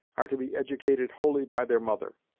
are to be educated wholly by their mother.